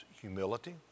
humility